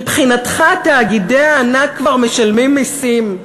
מבחינתך, תאגידי הענק כבר משלמים מסים,